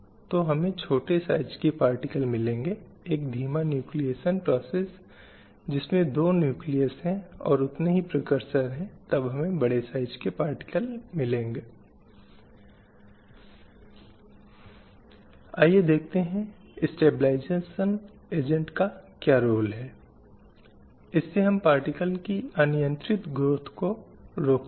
तो इतिहास के संदर्भ में वही एक अधीनता की कहानी है पुरुषों द्वारा महिलाओं की अधीनता की एक ही है और इसलिए महिलाओं के अधिकारों के संघर्ष की पूरी कहानी विभिन्न असमानताओं के संबंध में निरंतर संघर्ष की रही है